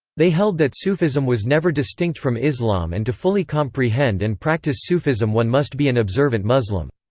they held that sufism was never distinct from islam and to fully comprehend and practice sufism one must be an observant muslim.